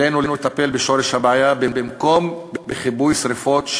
עלינו לטפל בשורש הבעיה במקום בכיבוי שרפות,